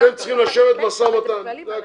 אתם צריכים לשבת למשא ומתן, זה הכול.